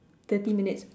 thirty minutes